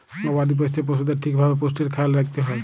গবাদি পশ্য পশুদের ঠিক ভাবে পুষ্টির খ্যায়াল রাইখতে হ্যয়